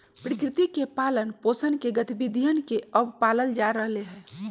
प्रकृति के पालन पोसन के गतिविधियन के अब पाल्ल जा रहले है